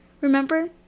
Remember